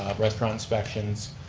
restaurant inspections,